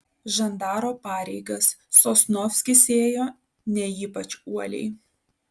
žandaro pareigas sosnovskis ėjo ne ypač uoliai